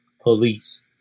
police